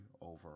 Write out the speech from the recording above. over